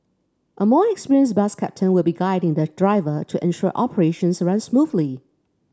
a more experienced bus captain will be guiding the driver to ensure operations run smoothly